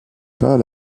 pas